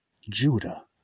Judah